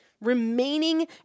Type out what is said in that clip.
Remaining